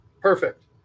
Perfect